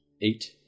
eight